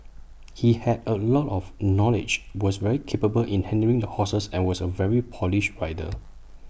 he had A lot of knowledge was very capable in handling the horses and was A very polished rider